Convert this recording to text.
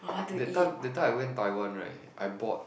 that time that time I went Taiwan right I bought